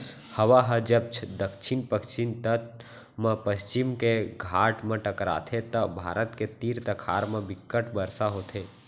हवा ह जब दक्छिन पस्चिम तट म पस्चिम के घाट म टकराथे त भारत के तीर तखार म बिक्कट बरसा होथे